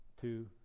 two